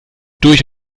durch